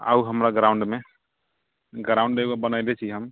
आउ हमरा ग्राउंडमे ग्राउंड एगो बनेले छी हम